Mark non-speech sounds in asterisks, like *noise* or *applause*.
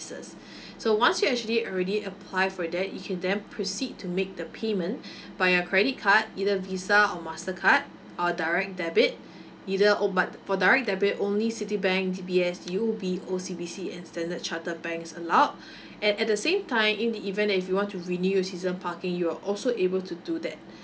so once you actually already apply for that you can then proceed to make the payment *breath* by your credit card either visa or master card or direct debit *breath* either oh but for direct debit only citibank D_B_S U_O_B O_C_B_C and standard chartered bank is allowed *breath* and at the same time in the event that if you want to renew your season parking you're also able to do that *breath*